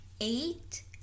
eight